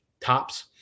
tops